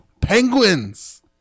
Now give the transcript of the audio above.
penguins